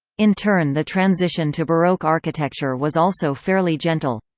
in turn the transition to baroque architecture was also fairly gentle.